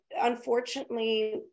unfortunately